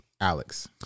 Alex